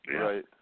Right